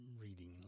reading